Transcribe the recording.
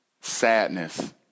sadness